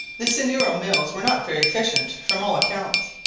the seigneurial mills were not very efficient, from all accounts.